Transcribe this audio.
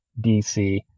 dc